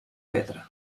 pedra